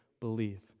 believe